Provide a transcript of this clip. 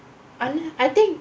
um I think